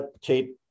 Kate